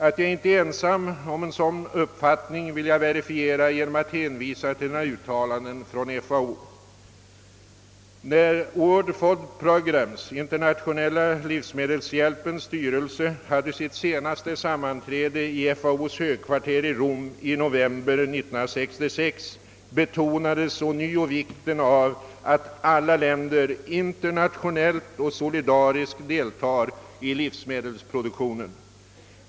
— Att jag inte är ensam om denna uppfattning vill jag verifiera genom att hänvisa till några uttalanden från FAO: »När World Food Programs styrelse hade sitt senaste sammanträde i FAO:s högkvarter i Rom i november 1966 be tonades ånyo vikten av att alla länder internationellt och solidariskt deltar i livsmedelsproduktionen.